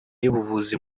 y’ubuvuzi